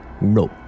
No